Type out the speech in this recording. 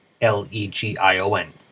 L-E-G-I-O-N